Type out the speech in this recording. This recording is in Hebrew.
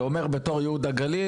ואומר בתור ייהוד הגליל,